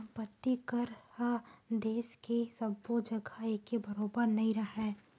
संपत्ति कर ह देस के सब्बो जघा एके बरोबर नइ राहय